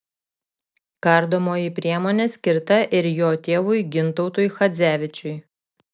kardomoji priemonė skirta ir jo tėvui gintautui chadzevičiui